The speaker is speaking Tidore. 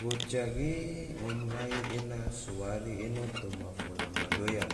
Goca ge, ngom gahi ena so wari eno toma fola ma doya,